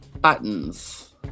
buttons